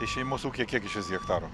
tai šeimos ūkyje kiek išvis hetarų